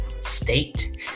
state